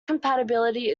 compatibility